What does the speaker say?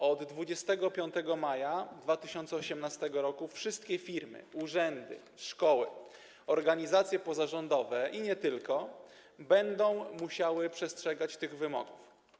Od 25 maja 2018 r. wszystkie firmy, urzędy, szkoły, organizacje pozarządowe i nie tylko będą musiały przestrzegać tych wymogów.